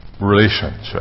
relationship